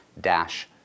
dash